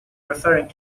referring